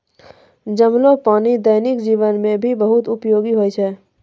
जमलो पानी दैनिक जीवन मे भी बहुत उपयोगि होय छै